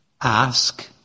ask